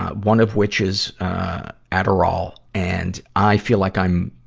one of which is adderall. and i feel like i'm,